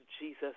Jesus